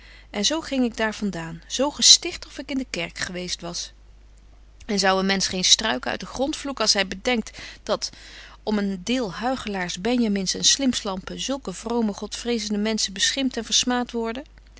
en zo ging ik daar van daan zo gesticht of ik in de kerk geweest was en zou een mensch geen struiken uit den grond vloeken als hy bedenkt dat om een deel huichelaars benjamins en slimpslampen zulke vrome godvrezende menschen beschimpt en versmaat worden